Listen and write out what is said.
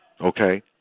okay